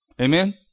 Amen